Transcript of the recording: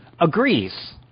agrees